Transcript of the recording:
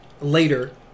later